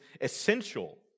essential